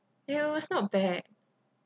it was not bad